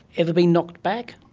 ever been knocked back?